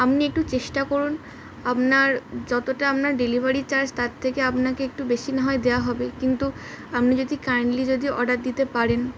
আপনি একটু চেষ্টা করুন আপনার যতটা আপনার ডেলিভারি চার্জ তার থেকে আপনাকে একটু বেশি না হয় দেওয়া হবে কিন্তু আপনি যদি কাইন্ডলি যদি অর্ডার দিতে পারেন